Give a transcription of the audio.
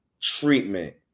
treatment